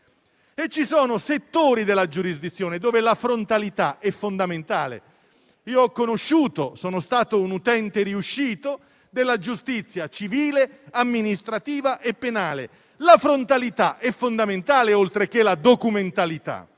Ci sono settori della giurisdizione in cui la frontalità è fondamentale. Io sono stato un utente riuscito della giustizia civile, amministrativa e penale; la frontalità è fondamentale (oltre alla documentalità)